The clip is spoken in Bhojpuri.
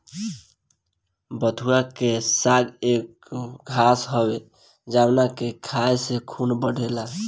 बथुआ के साग एगो घास हवे जावना के खाए से खून बढ़ेला